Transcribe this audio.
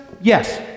Yes